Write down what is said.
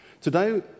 Today